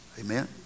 amen